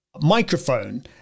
microphone